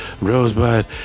Rosebud